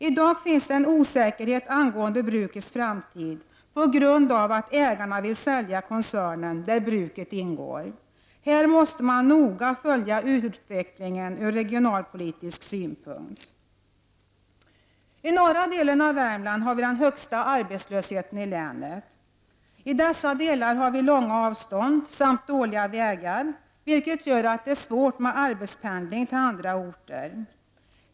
I dag råder det osäkerhet angående brukets framtid på grund av att ägarna vill sälja koncernen, i vilken bruket ingår. Här måste man mycket noga följa utvecklingen ur regionalpolitisk synpunkt. I norra delen av Värmland har vi länets högsta arbetslöshet. I dessa delar är det fråga om långa avstånd samt dåliga vägar, vilket gör att det är svårt med arbetspendling till andra orter.